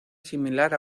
similar